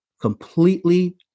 completely